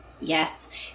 Yes